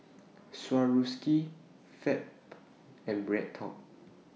Swarovski Fab and BreadTalk